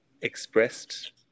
expressed